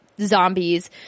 zombies